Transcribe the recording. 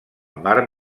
mar